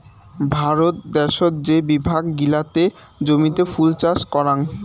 ভারত দ্যাশোত যে বিভাগ গিলাতে জমিতে ফুল চাষ করাং